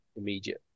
immediate